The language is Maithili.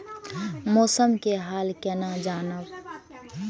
मौसम के हाल केना जानब?